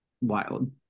wild